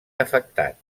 afectat